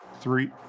three